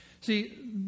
See